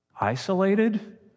Isolated